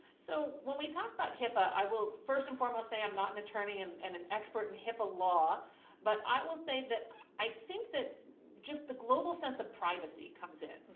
so will we talk about hipaa? i will first and foremost say i'm not an attorney and and an expert in hipaa law but i will say that i think that just the global sense of privacy comes in,